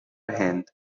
هند